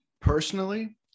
personally